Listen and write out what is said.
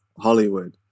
Hollywood